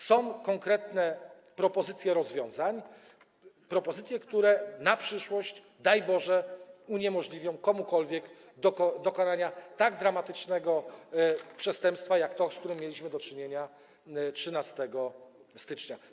Są konkretne propozycje rozwiązań, propozycje, które w przyszłości, daj Boże, uniemożliwią komukolwiek dokonanie tak dramatycznego przestępstwa, jak to, z którym mieliśmy do czynienia 13 stycznia.